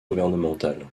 gouvernementales